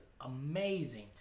amazing